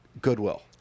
goodwill